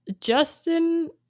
Justin